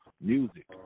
music